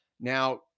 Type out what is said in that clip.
Now